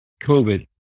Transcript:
COVID